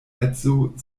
edzo